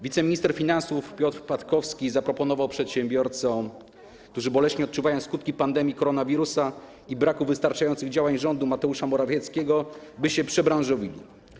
Wiceminister finansów Piotr Patkowski zaproponował przedsiębiorcom, którzy boleśnie odczuwają skutki pandemii koronawirusa i braku wystarczających działań rządu Mateusza Morawieckiego, by się przebranżowili.